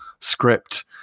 script